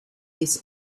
this